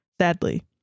sadly